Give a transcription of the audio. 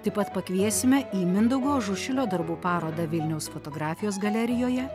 taip pat pakviesime į mindaugo ažušilio darbų parodą vilniaus fotografijos galerijoje